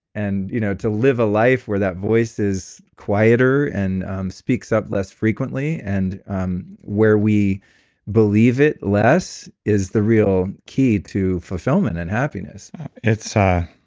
and you know to live a life where that voice is quieter and speaks up less frequently and um where we believe it less is the real key to fulfillment and happiness it's ah